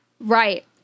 Right